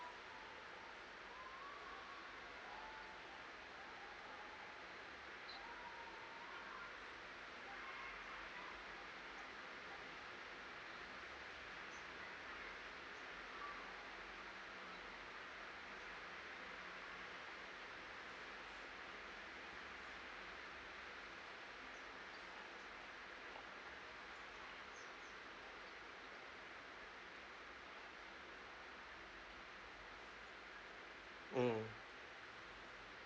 mm